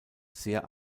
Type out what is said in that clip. sehr